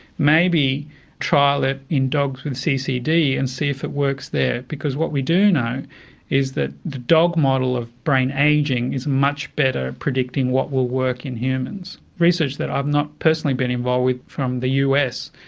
maybe trial it in dogs with ccd and see if it works there, because what we do know is that the dog model of brain ageing is much better at predicting what will work in humans, research that i've not personally been involved with from the us,